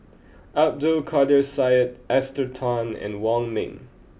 Abdul Kadir Syed Esther Tan and Wong Ming